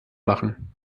machen